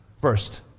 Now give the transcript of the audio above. First